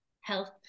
health